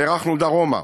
הארכנו דרומה,